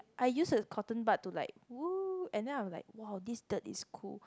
I use a cotton bud to like !woo! and then I'm like !wow! this dirt is cool